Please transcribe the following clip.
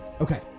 Okay